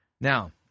Now